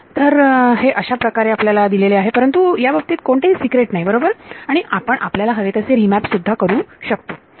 तर हे आपल्याला अशाप्रकारे दिलेले आहे परंतु या बाबतीत कोणतेही सीक्रेट नाही बरोबर आणि आपण आपल्याला हवे तसे रीमॅप सुद्धा करू शकतो